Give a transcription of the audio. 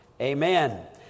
Amen